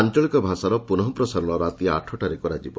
ଆଞ୍ଚଳିକ ଭାଷାରେ ପୁନଃ ପ୍ରସାରଣ ରାତି ଆଠଟାରେ କରାଯିବ